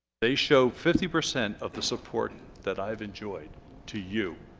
they show fifty percent of the support that i've enjoyed to you